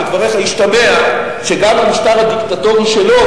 שמדבריך השתמע שגם במשטר הדיקטטורי שלו,